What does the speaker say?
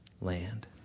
land